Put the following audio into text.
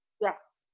Yes